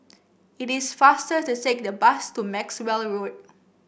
it is faster to take the bus to Maxwell Road